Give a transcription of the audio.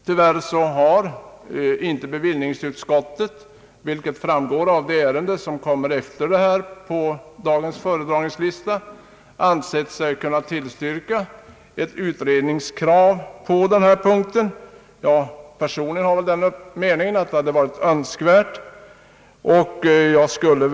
Tyvärr har bevillningsutskottet — vilket framgår av det ärende som kommer efter detta på dagens föredragningslista — inte ansett sig kunna tillstyrka ett utredningskrav på denna punkt. Personligen har jag den meningen att detta hade varit önskvärt.